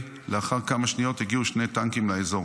--- לאחר כמה שניות הגיעו שני טנקים לאזור.